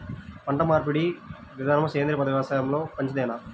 పంటమార్పిడి విధానము సేంద్రియ వ్యవసాయంలో మంచిదేనా?